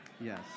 Yes